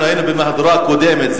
אנחנו היינו במהדורה קודמת.